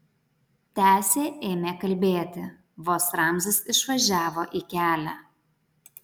tęsė ėmė kalbėti vos ramzis išvažiavo į kelią